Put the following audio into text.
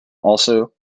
also